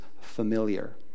familiar